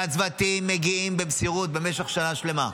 והצוותים מגיעים במסירות במשך שנה שלמה.